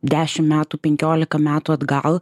dešimt metų penkiolika metų atgal